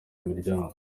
imiryango